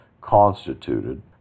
constituted